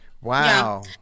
Wow